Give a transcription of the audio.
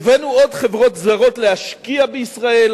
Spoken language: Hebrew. והבאנו עוד חברות זרות להשקיע בישראל